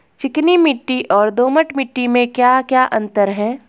चिकनी मिट्टी और दोमट मिट्टी में क्या क्या अंतर है?